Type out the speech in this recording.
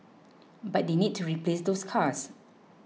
but they need to replace those cars